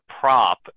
prop